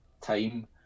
time